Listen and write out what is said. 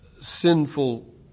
sinful